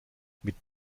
mit